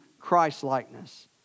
Christlikeness